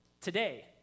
today